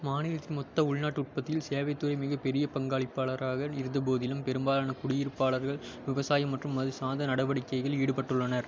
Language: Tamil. மாநிலத்தின் மொத்த உள்நாட்டு உற்பத்தியில் சேவைத் துறை மிகப் பெரிய பங்களிப்பாளராக இருந்தபோதிலும் பெரும்பாலான குடியிருப்பாளர்கள் விவசாயம் மற்றும் அது சார்ந்த நடவடிக்கையில் ஈடுபட்டுள்ளனர்